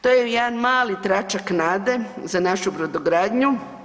To je jedan mali tračak nade za našu brodogradnju.